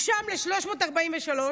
משם ל-343,